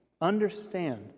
Understand